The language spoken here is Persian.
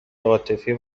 عاطفی